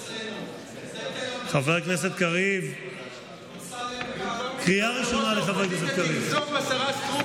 אבא שלי לקח את הקרש של המיטה כדי להגן עלינו,